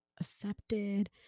accepted